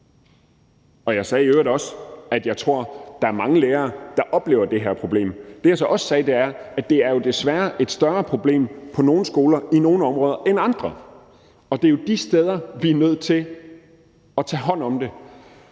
og jeg sagde i øvrigt også, at jeg tror, at der er mange lærere, der oplever det her problem. Det, jeg så også sagde, er, at det desværre er et større problem på nogle skoler i nogle områder end i andre, og det er jo de steder, vi er nødt til at tage hånd om det.